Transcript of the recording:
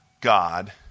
God